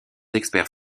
experts